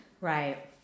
Right